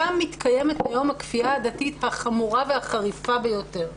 שם מתקיימת היום הכפייה הדתית החמורה והחריפה ביותר.